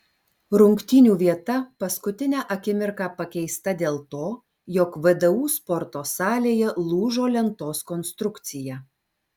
rungtynių vieta paskutinę akimirką pakeista dėl to jog vdu sporto salėje lūžo lentos konstrukcija